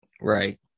right